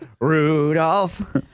Rudolph